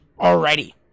Alrighty